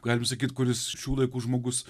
galim sakyt kuris šių laikų žmogus